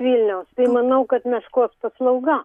vilniaus tai manau kad meškos paslauga